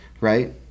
right